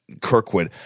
Kirkwood